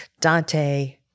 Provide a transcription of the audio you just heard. Dante